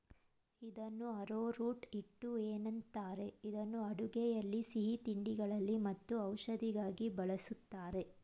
ಇದನ್ನು ಆರೋರೂಟ್ ಹಿಟ್ಟು ಏನಂತಾರೆ ಇದನ್ನು ಅಡುಗೆಯಲ್ಲಿ ಸಿಹಿತಿಂಡಿಗಳಲ್ಲಿ ಮತ್ತು ಔಷಧಿಗಾಗಿ ಬಳ್ಸತ್ತರೆ